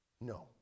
No